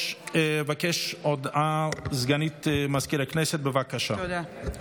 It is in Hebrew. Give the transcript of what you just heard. הודעה לסגנית מזכיר הכנסת, בבקשה.